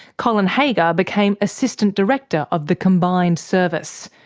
colin haggar became assistant director of the combined service.